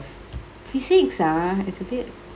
physics ah is a bit